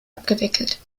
abgewickelt